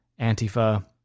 Antifa